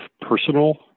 personal